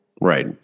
Right